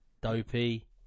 dopey